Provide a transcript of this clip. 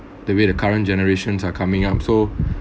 the way the current generations are coming up so